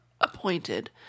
appointed